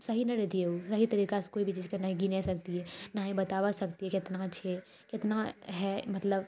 सही नहि रहतियै ओ सही तरीकासँ कोइ भी चीजके नहि गिनए सकतियै नाही बताबए सकतियै केतना छै केतना है मतलब